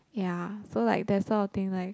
ya so like that sort of thing like